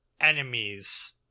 enemies